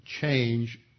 change